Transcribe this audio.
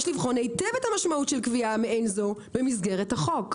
ויש לבחון היטב את המשמעות של קביעה מעין זו במסגרת החוק.